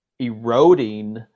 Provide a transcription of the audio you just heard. eroding